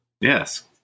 Yes